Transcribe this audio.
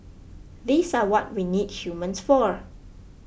these are what we need humans for